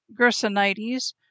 Gersonides